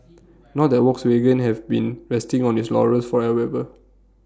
not that Volkswagen have been resting on its laurels for Ad ever